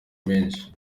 menshi